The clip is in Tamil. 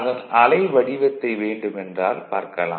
அதன் அலைவடிவத்தை வேண்டுமென்றால் பார்க்கலாம்